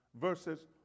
versus